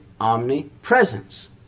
omnipresence